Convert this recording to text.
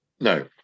no